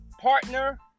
partner